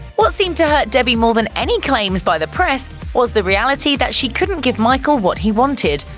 what seemed to hurt debbie more than any claims by the press was the reality that she couldn't give michael what he wanted,